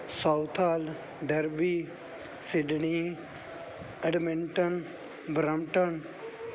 south hall Derby Sydney Edmonton Brampton